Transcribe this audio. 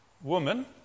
woman